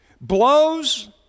Blows